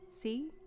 See